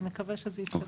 ונקווה שזה יקרה.